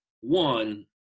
One